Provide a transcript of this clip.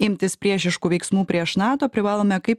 imtis priešiškų veiksmų prieš nato privalome kaip